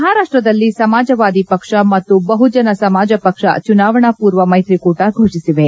ಮಹಾರಾಷ್ಟದಲ್ಲಿ ಸಮಾಜವಾದಿ ಪಕ್ಷ ಮತ್ತು ಬಹುಜನ ಸಮಾಜ ಪಕ್ಷ ಚುನಾವಣಾ ಪೂರ್ವ ಮೈತ್ರಿಕೂಟ ಘೋಷಿಸಿವೆ